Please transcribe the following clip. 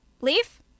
Leaf